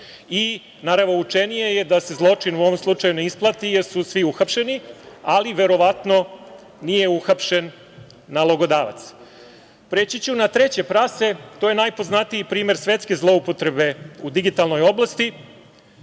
Naravoučenije je da se zločin u ovom slučaju ne isplati, jer su svi uhapšeni, ali verovatno nije uhapšen nalogodavac. Preći ću na treće prase. To je najpoznatiji primer svetske zloupotrebe u digitalnoj oblasti.